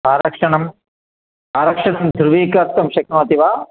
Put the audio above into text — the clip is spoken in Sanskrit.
आरक्षणं आरक्षणं धृढीकर्तुं शक्नोति वा